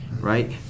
right